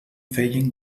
feien